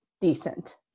decent